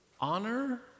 honor